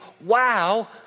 wow